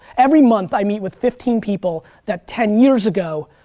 every month i meet with fifteen people that ten years ago,